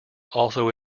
also